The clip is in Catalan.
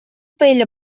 paella